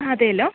അതെ അല്ലോ